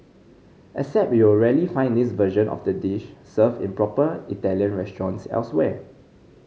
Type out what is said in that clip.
except you'll rarely find this version of the dish served in proper Italian restaurants elsewhere